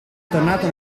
tornato